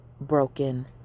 broken